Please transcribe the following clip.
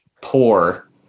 poor